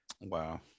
Wow